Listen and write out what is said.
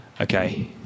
Okay